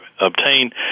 obtain